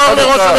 רואה,